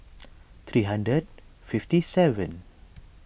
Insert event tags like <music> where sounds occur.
<noise> three hundred fifty seven